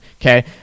Okay